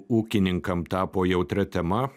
ūkininkam tapo jautria tema